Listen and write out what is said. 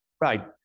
Right